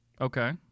Okay